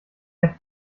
der